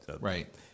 Right